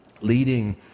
leading